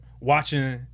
watching